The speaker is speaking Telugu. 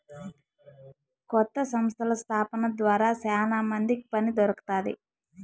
కొత్త సంస్థల స్థాపన ద్వారా శ్యానా మందికి పని దొరుకుతాది